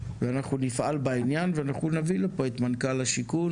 ואנחנו נפעל בעניין ונביא לפה את מנכ"ל השיכון